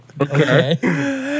Okay